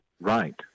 right